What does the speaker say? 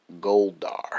Goldar